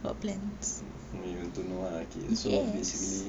you want to know ah okay so basically